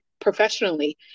professionally